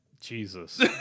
Jesus